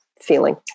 feeling